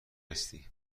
هستی